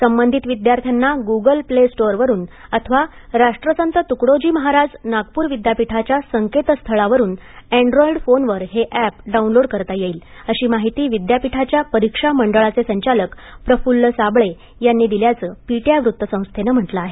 संबंधित विद्यार्थ्यांना Google play स्टोअरवरून अथवा राष्ट्रसंत त्कडोजी महाराज नागप्र विद्यापीठाच्या संकेत स्थळावरून अँड्रॉईड फोनवर हे अॅप डाऊनलोड करता येईल अशी माहिती विद्यापीठाच्या परीक्षा मंडळाचे संचालक प्रफुल्ल साबळे यांनी दिल्याचं पीटीआय वृत्तसंस्थेनं म्हटलं आहे